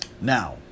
Now